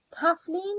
Kathleen